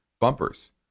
bumpers